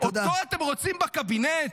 אותו אתם רוצים בקבינט?